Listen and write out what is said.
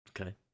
Okay